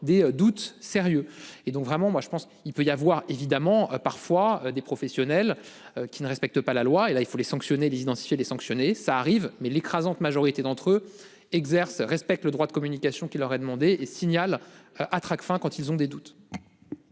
des doutes sérieux. Et donc vraiment moi je pense qu'il peut y avoir évidemment parfois des professionnels qui ne respectent pas la loi et là il faut les sanctionner les identifier les sanctionner. Ça arrive, mais l'écrasante majorité d'entre eux exercent respecte le droit de communication qui leur est demandé, signale à Tracfin, quand ils ont des doutes.